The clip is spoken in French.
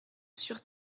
sur